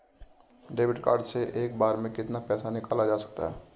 Debit card से एक बार में कितना पैसा निकाला जा सकता है?